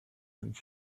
and